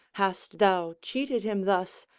hast thou cheated him thus,